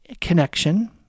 connection